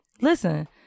listen